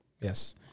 Yes